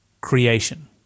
creation